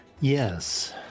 Yes